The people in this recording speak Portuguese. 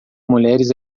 mulheres